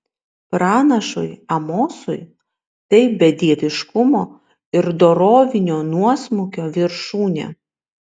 pranašui amosui tai bedieviškumo ir dorovinio nuosmukio viršūnė